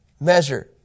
measure